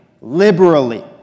liberally